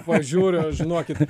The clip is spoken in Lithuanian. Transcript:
va žiūriu žinokit